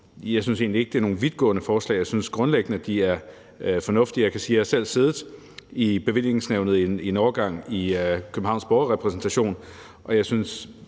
jeg synes egentlig ikke, at det er vidtgående forslag. Jeg synes grundlæggende, at de er fornuftige. Og jeg kan sige, at jeg en overgang har siddet i bevillingsnævnet i Københavns Borgerrepræsentation, og jeg synes,